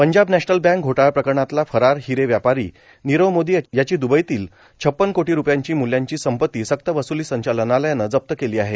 Punjab national bank घोटाळा प्रकरणातला फरार हिरे व्यापारी नीरव मोदी याची द्बईतली छप्पन कोटी रुपये मूल्याची संपत्ती सक्त वस्ली संचालनालयानं जप्त केली आहे